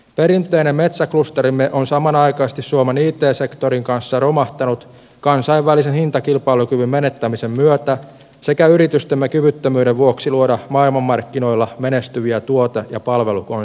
perinteinen metsäklusterimme on samanaikaisesti suomen it sektorin kanssa romahtanut kansainvälisen hintakilpailukyvyn menettämisen myötä sekä sen vuoksi että yrityksemme ovat kyvyttömiä luomaan maailmanmarkkinoilla menestyviä tuote ja palvelukonsepteja